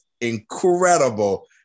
incredible